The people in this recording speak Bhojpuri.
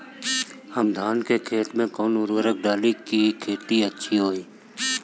हम धान के खेत में कवन उर्वरक डाली कि खेती अच्छा होई?